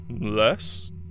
Less